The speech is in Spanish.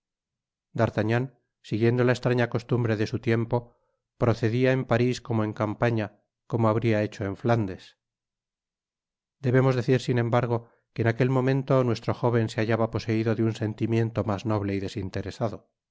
d'artagnan siguiendo la estraña costumbre de su tiempo procedia en paris como en campaña como habria hecho en flandes debemos decir sin embargo que en aquel momento nuestro jóven se hallaba poseido de un sentimiento mas noble y desinteresado el